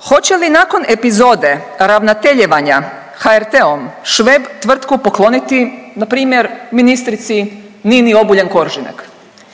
hoće li nakon epizode ravnateljevanja HRT-om Šveb tvrtku pokloniti npr. ministrici Nini Obuljen Koržinek